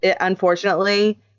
unfortunately